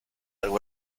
algo